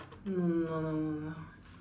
no no no no no no